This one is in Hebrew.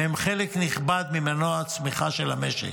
והם חלק נכבד ממנוע הצמיחה של המשק.